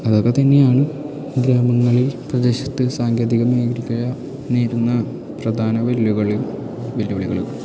അതൊക്കെ തന്നെയാണ് ഗ്രാമങ്ങളില് പ്രദേശത്ത് സാങ്കേതിക മേഖല നേരുന്ന പ്രധാന വെല്ലുകളി വെല്ലുവിളികള്